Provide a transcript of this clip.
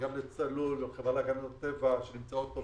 לצלול, לחברה להגנת הטבע ולאחרות.